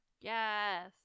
Yes